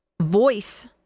voice